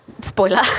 Spoiler